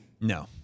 No